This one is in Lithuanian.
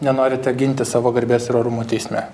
nenorite ginti savo garbės ir orumo teisme